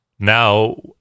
Now